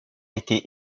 été